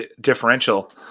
differential